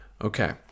Okay